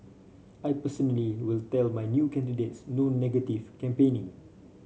I personally will tell my new candidates no negative campaigning